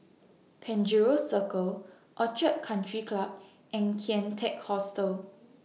Penjuru Circle Orchid Country Club and Kian Teck Hostel